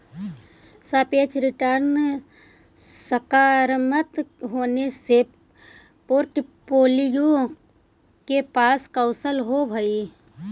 सापेक्ष रिटर्न सकारात्मक होने से पोर्ट्फोलीओ के पास कौशल होवअ हई